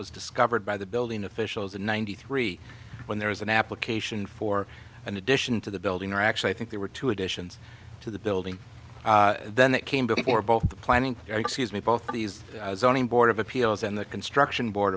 was discovered by the building officials in ninety three when there was an application for an addition to the building or actually i think there were two additions to the building then that came before both the planning or excuse me both these zoning board of appeals and the construction board